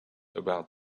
about